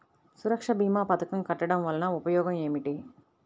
సురక్ష భీమా పథకం కట్టడం వలన ఉపయోగం ఏమిటి?